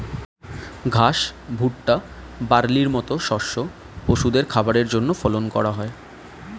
ঘাস, ভুট্টা, বার্লির মত শস্য পশুদের খাবারের জন্যে ফলন করা হয়